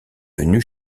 venue